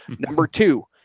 number two,